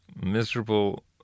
miserable